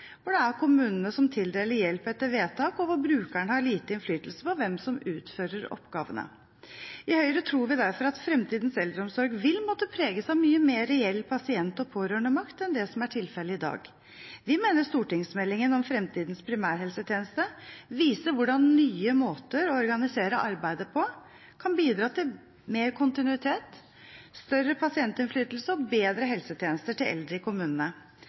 det er kommunene som tildeler hjelp etter vedtak, og hvor brukeren har lite innflytelse på hvem som utfører oppgavene. I Høyre tror vi derfor at fremtidens eldreomsorg vil måtte preges av mye mer reell pasient- og pårørendemakt enn det som er tilfellet i dag. Vi mener stortingsmeldingen Fremtidens primærhelsetjeneste viser hvordan nye måter å organisere arbeidet på kan bidra til mer kontinuitet, større pasientinnflytelse og bedre helsetjenester til eldre i kommunene